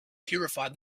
purified